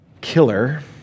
killer